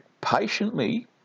patiently